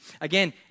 Again